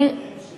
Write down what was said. יש דברים